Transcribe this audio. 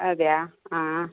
അതെയോ ആ